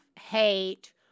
hate